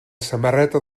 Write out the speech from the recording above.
samarreta